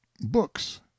books